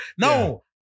No